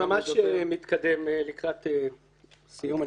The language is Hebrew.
אני ממש מתקדם לקראת סיום.